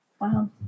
Wow